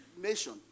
nation